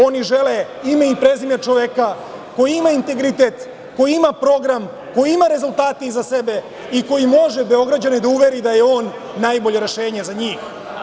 Ono žele ime i prezime čoveka koji ima integritet, koji ima program, koji ima rezultate iza sebe i koji može Beograđane da uveri da je on najbolje rešenje za njih.